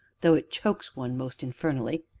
though it chokes one most infernally.